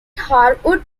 harwood